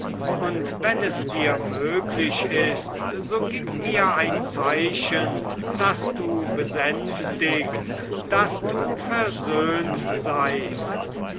und wenn es dir möglich ist so gib mir ein zeichen daß du besänftigt daß du versöhnt seist